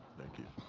thank you.